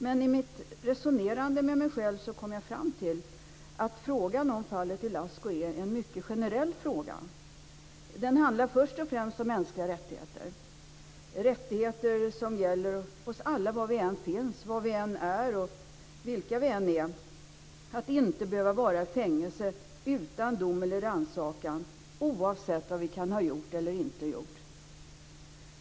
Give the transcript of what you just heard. Men i mitt resonerande med mig själv så kom jag fram till att frågan om fallet Ilascu är en mycket generell fråga. Den handlar först och främst om mänskliga rättigheter, rättigheter som gäller oss alla var vi än finns, var vi än är och vilka vi än är att inte behöva vara i fängelse utan dom eller rannsakan, oavsett vad vi kan ha gjort eller inte gjort.